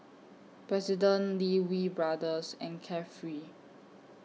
President Lee Wee Brothers and Carefree